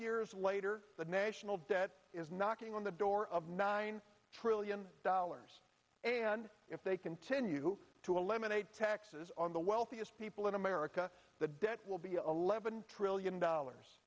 years later the national debt is knocking on the door of nine trillion dollars and if they continue to eliminate taxes on the wealthiest people in america the debt will be eleven trillion dollars